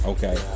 Okay